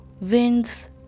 winds